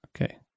Okay